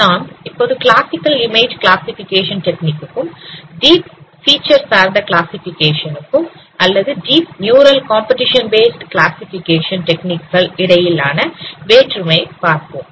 நாம் இப்போது classical image classification technique க்கும் டீப் ஃபிச்சர் சார்ந்த கிளாசிஃபிகேஷன் க்கும் அல்லது deep neural competition based classification technique கள் இடையிலான வேற்றுமை பார்ப்போம்